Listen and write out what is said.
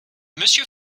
monsieur